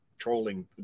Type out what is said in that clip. trolling